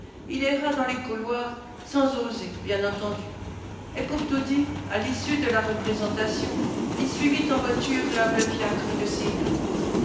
il erra dans les couloirs sans oser bien entendu et pour tout dire à l'issue de la représentation il suivit en voiture l'humble fiacre de ces dames